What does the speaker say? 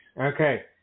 Okay